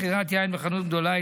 מכירת יין בחנות גדולה),